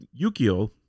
Yukio